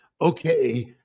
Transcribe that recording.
okay